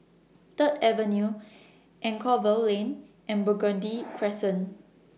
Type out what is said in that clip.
Third Avenue Anchorvale Lane and Burgundy Crescent